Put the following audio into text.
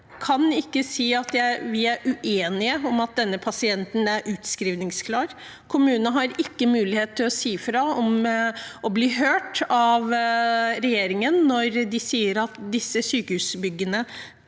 kan ikke si at de er uenige i at pasienten er utskrivningsklar. Kommunene har ikke mulighet til å si fra og bli hørt av regjeringen når de sier at sykehusbyggene